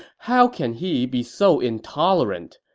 how can he be so intolerant?